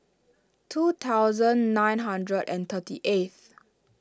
two thousand nine hundred and thirty eighth